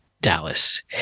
Dallas